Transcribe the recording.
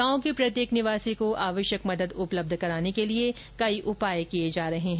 गांव के प्रत्येक निवासी को आवश्यक मदद उपलब्ध कराने के लिए कई उपाय किए जा रहे हैं